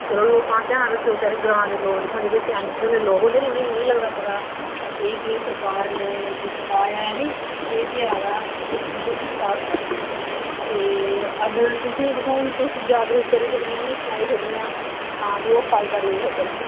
चलो लोकें दा ध्यान रक्खो बेचारे ग्रांऽ दे लोक दिक्खो ना जेह्ड़े स्याने स्यूने लोक होंदे नी उ'नेंगी नेईं लगदा पता केह् केह् सरकार ने दित्ता ऐ नी केह् केह् आए दा इस आस्तै ते अगर तुस दिक्खो ना तुस जागरुक करी सकने ओ उ'नेगी सनाई सकनी आं तां जे ओह् फायदा लेई सकन